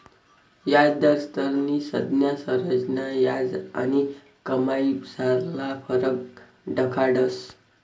याजदरस्नी संज्ञा संरचना याज आणि कमाईमझारला फरक दखाडस